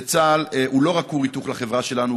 צה"ל הוא לא רק כור היתוך של החברה שלנו,